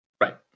Right